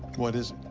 what is